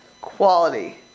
quality